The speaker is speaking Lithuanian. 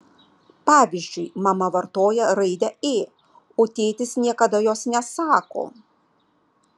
pavyzdžiui mama vartoja raidę ė o tėtis niekada jos nesako